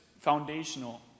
foundational